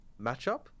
matchup